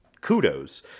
kudos